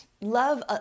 Love